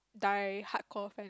die hardcore